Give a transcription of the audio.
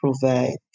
provide